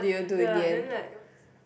ya then like